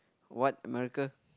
what America